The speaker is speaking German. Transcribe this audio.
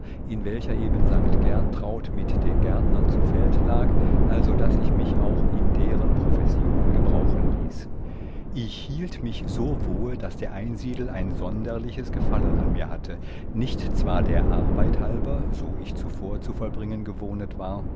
in welcher eben st gertraud mit den gärtnern zu feld lag also daß ich mich auch in deren profession gebrauchen ließ ich hielt mich so wohl daß der einsiedel ein sonderliches gefallen an mir hatte nicht zwar der arbeit halber so ich zuvor zu vollbringen gewohnet war